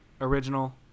original